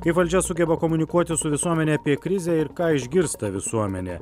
kaip valdžia sugeba komunikuoti su visuomene apie krizę ir ką išgirsta visuomenė